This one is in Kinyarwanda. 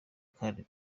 kandi